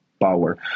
power